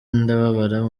ndababara